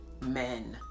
men